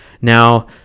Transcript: Now